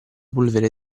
polvere